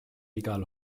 igal